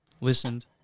listened